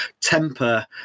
temper